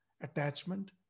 attachment